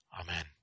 Amen